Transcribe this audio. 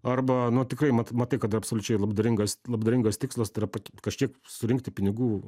arba nu tikrai mat matai kad absoliučiai labdaringas labdaringas tikslas tai yra pat kažkiek surinkti pinigų